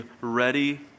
ready